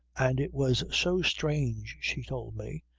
and it was so strange, she told me,